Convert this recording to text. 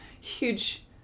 huge